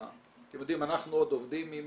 אתם יודעים, אנחנו עוד עובדים עם